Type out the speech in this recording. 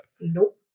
Nope